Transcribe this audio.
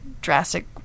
drastic